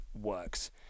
works